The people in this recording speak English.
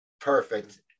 perfect